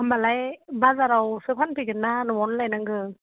होनबालाय बाजारावसो फानफैगोन ना न'आवनो लायनांगौ